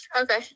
Okay